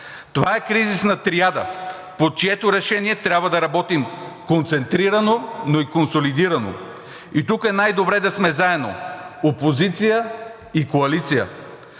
Това е кризисна триада, по чието решение трябва да работим концентрирано, но и консолидирано. И тук е най-добре да сме заедно – опозиция и коалиция,